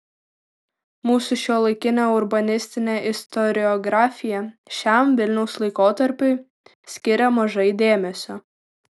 mūsų šiuolaikinė urbanistinė istoriografija šiam vilniaus laikotarpiui skiria mažai dėmesio